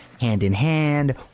hand-in-hand